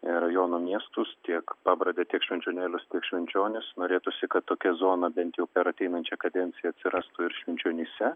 ir rajono miestus tiek pabradę tiek švenčionėlius švenčionis norėtųsi kad tokia zona bent jau per ateinančią kadenciją atsirastų ir švenčionyse